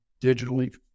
digitally